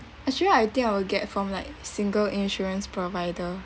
actually I think I will get from like single insurance provider